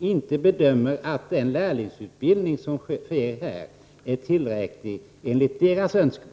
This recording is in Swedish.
inte bedömer att den lärlingsutbildning som förekommer är tillräcklig enligt deras önskemål.